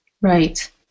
Right